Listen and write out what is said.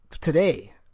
today